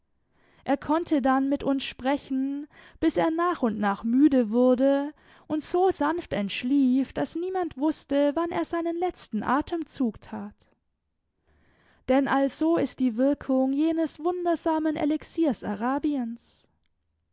er konnte dann mit uns sprechen bis er nach und nach müde wurde und so sanft entschlief daß niemand wußte wann er seinen letzten atemzug tat denn also ist die wirkung jenes wundersamen elixiers arabiens